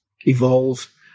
evolve